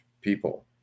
people